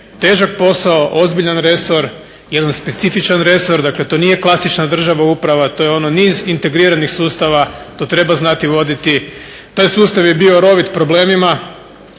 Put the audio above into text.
težak posao, ozbiljan resor, jedan specifičan resor, dakle to nije klasična državna uprava. To je ono niz integriranih sustava, to treba znati voditi. Taj sustav je bio rovit problemima.